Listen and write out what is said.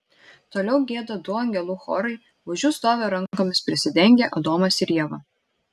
toliau gieda du angelų chorai už jų stovi rankomis prisidengę adomas ir ieva